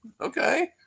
okay